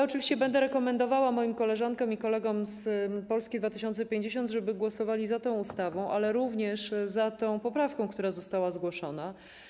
Oczywiście będę rekomendowała moim koleżankom i kolegom z Polski 2050, żeby głosowali za tą ustawą, ale również za tą poprawką, która została zgłoszona.